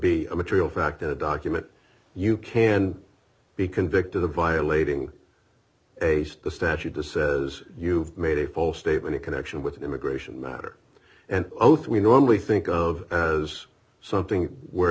be a material fact in a document you can be convicted of violating the statute to says you've made a false statement in connection with immigration matter and oath we normally think of as something where